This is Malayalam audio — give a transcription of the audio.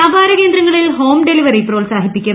വ്യാപാര കേന്ദ്രങ്ങളിൽ ഹോം ഡെലിവറി പ്രോത്സാഹിപ്പിക്കും